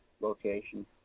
location